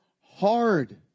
hard